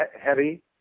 heavy